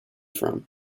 from